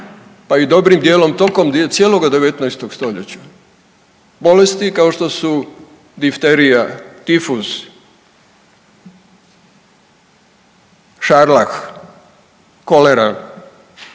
pa i dobrim dijelom tokom cijeloga 19. stoljeća bolesti kao što su difterija, tifus, šarlah, kolera,